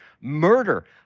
murder